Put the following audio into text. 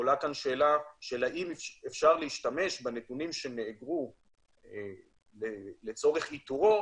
עולה שאלה האם אפשר להשתמש בנתונים שנאגרו לצורך איתורו